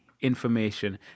information